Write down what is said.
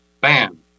bam